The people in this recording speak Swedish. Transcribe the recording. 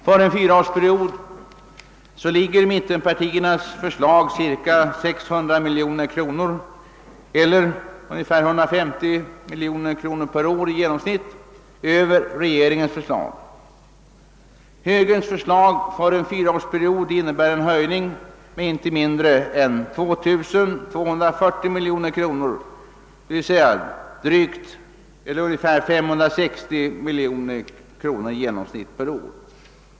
För en fyraårsperiod ligger mittenpartiernas förslag cirka 600 miljoner kronor eller ungefär 150 miljoner per år i genomsnitt över regeringens förslag. Högerns förslag för en fyraårsperiod skulle innebära en höjning med inte mindre än 2240 miljoner kronor, d. v. s. i genomsnitt ungefär 560 miljoner kronor per år.